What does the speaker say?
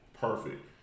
perfect